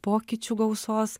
pokyčių gausos